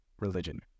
religion